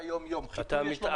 אני יכול לגעת בו.